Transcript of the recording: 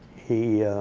he,